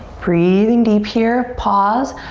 breathing deep here, pause.